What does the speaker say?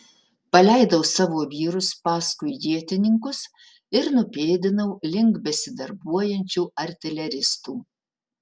paleidau savo vyrus paskui ietininkus ir nupėdinau link besidarbuojančių artileristų